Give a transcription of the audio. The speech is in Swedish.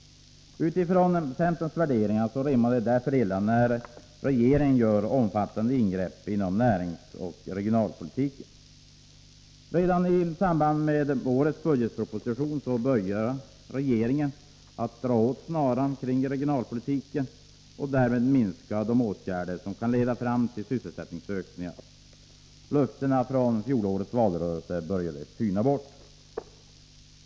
Utifrån centerns värderingar rimmar det därför illa när regeringen gör omfattande ingrepp inom näringsoch regionalpolitiken. Redan i samband med årets budgetproposition började regeringen att ”dra åt snaran” kring regionalpolitiken och därmed minska de åtgärder som kan leda fram till sysselsättningsökningar. Löftena från fjolårets valrörelse började tyna bort.